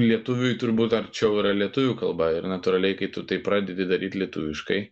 lietuviui turbūt arčiau yra lietuvių kalba ir natūraliai kai tu tai pradedi daryt lietuviškai